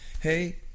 hey